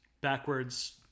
backwards